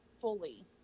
fully